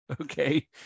okay